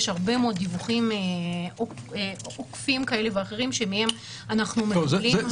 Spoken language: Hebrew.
יש הרבה מאוד דיווחים עוקפים כאלה ואחרים שמהם אנחנו מקבלים הבנה.